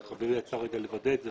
חברי יצא לוודא את זה.